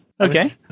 Okay